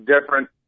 different